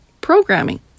programming